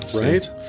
Right